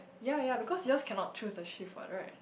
ya ya because yours cannot choose the shift [what] right